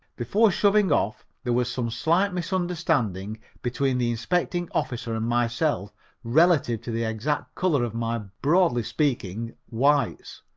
before shoving off there was some slight misunderstanding between the inspecting officer and myself relative to the exact color of my, broadly speaking, whites.